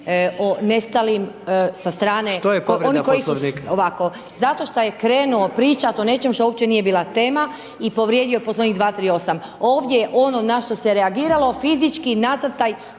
o nestalim, sa strane…/Upadica: Što je povreda Poslovnika?/…oni koji su, ovako zato što je krenuo pričati o nečem što uopće nije bila tema i povrijedio poslovnik 238, ovdje ono na što se reagiralo fizički nasrtaj pokušaj